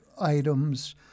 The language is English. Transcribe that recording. items